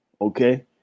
Okay